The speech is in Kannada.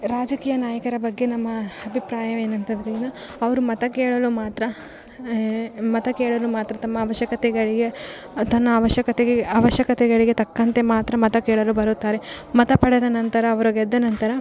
ರಾಜಕೀಯ ನಾಯಕರ ಬಗ್ಗೆ ನಮ್ಮ ಅಭಿಪ್ರಾಯವೇನು ಅಂತಂದರೆ ಏನು ಅವರು ಮತ್ತು ಕೇಳಲು ಮಾತ್ರ ಮತ ಕೇಳಲು ಮಾತ್ರ ತಮ್ಮ ಆವಶ್ಯಕತೆಗಳಿಗೆ ತನ್ನ ಆವಶ್ಯಕತೆಗೆ ಆವಶ್ಯಕತೆಗಳಿಗೆ ತಕ್ಕಂತೆ ಮಾತ್ರ ಮತ ಕೇಳಲು ಬರುತ್ತಾರೆ ಮತ ಪಡೆದ ನಂತರ ಅವರು ಗೆದ್ದ ನಂತರ